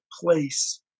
place